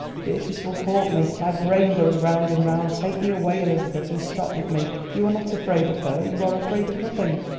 beatrice will haunt me. my brain goes round and round. take me away, elizabeth, and stop with me. you are not afraid of her, you are afraid of nothing.